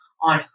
on